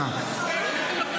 נגב.